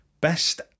best